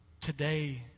today